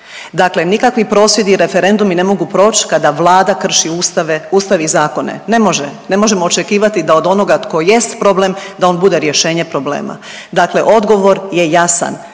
dakle nikakvi prosvjedi i referendumi ne može proć kada Vlada krši Ustav i zakone, ne može, ne možemo očekivati da od onoga tko jest problem da on bude rješenje probleme. Dakle, odgovor je jasan,